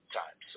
time